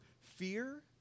fear